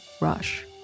Rush